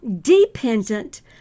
dependent